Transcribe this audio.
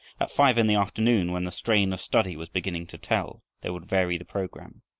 at five in the afternoon, when the strain of study was beginning to tell, they would vary the program.